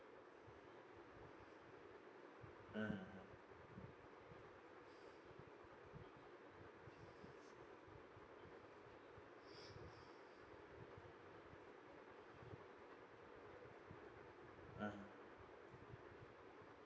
mm mm